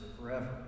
forever